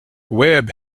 webb